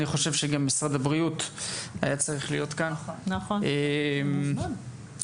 אני חושב שגם משרד הבריאות היה צריך להיות כאן והוא הוזמן.